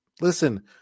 listen